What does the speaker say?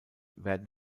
werden